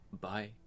bye